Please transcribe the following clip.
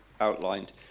outlined